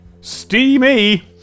Steamy